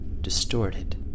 distorted